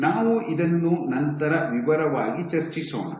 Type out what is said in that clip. ನಾವು ಇದನ್ನು ನಂತರ ವಿವರವಾಗಿ ಚರ್ಚಿಸೋಣ